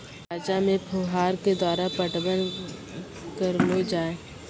रचा मे फोहारा के द्वारा पटवन करऽ लो जाय?